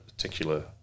Particular